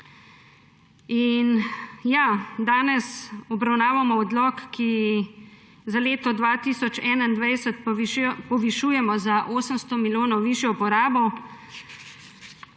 In ja, danes obravnavamo odlok, s katerim za leto 2021 povišujemo za 800 milijonov višjo porabo,